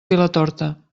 vilatorta